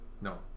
No